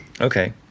Okay